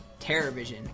Terrorvision